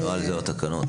נוהל זה התקנות.